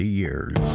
years